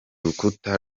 rukuta